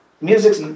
music's